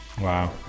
wow